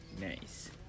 Nice